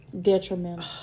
Detrimental